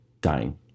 dying